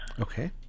Okay